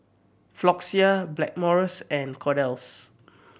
Floxia Blackmores and Kordel's